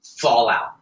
Fallout